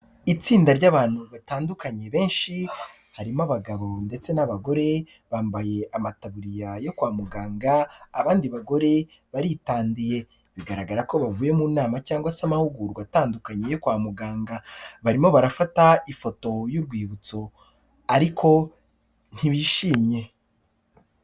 Itsinda ry'abantu batandukanye benshi harimo abagabo ndetse n'abagore, bambaye amataburiya yo kwa muganga abandi bagore baritandiye bigaragara ko bavuye mu nama cyangwa se amahugurwa atandukanye yo kwa muganga, barimo barafata ifoto y'urwibutso, ariko ntibishimye.